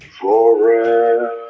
forever